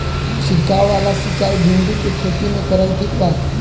छीरकाव वाला सिचाई भिंडी के खेती मे करल ठीक बा?